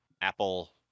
Apple